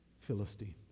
Philistine